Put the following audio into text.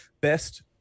best